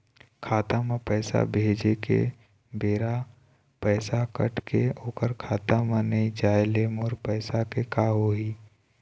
खाता म पैसा भेजे के बेरा पैसा कट के ओकर खाता म नई जाय ले मोर पैसा के का होही?